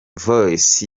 voice